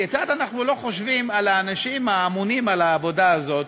כיצד אנחנו לא חושבים על האנשים האמונים על העבודה הזאת?